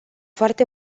foarte